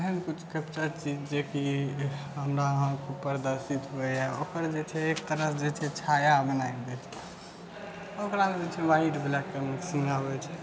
एहन किछु अच्छा चीज जेकि हमरा अहाँके ऊपर दर्शित होइए ओकर जे छै एक तरहसँ जे छै छाया लेनाइ भेल ओकरा जे छै व्हाइट ब्लैक के मिक्सिङ्ग आबै छै